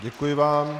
Děkuji vám.